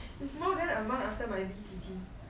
it's more than a month after my bet